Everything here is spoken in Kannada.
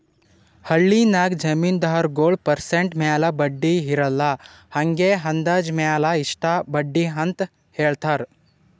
ಹಳ್ಳಿನಾಗ್ ಜಮೀನ್ದಾರಗೊಳ್ ಪರ್ಸೆಂಟ್ ಮ್ಯಾಲ ಬಡ್ಡಿ ಇರಲ್ಲಾ ಹಂಗೆ ಅಂದಾಜ್ ಮ್ಯಾಲ ಇಷ್ಟ ಬಡ್ಡಿ ಅಂತ್ ಹೇಳ್ತಾರ್